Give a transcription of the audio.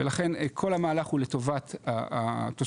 ולכן כל המהלך הוא לטובת התושבים,